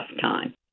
time